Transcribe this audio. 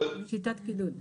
שיטת קידוד.